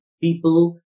people